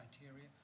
criteria